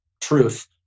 truth